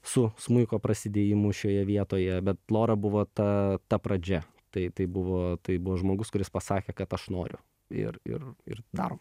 su smuiko prasidėjimu šioje vietoje bet lora buvo ta ta pradžia tai buvo tai buvo žmogus kuris pasakė kad aš noriu ir ir ir darom